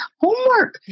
homework